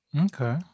okay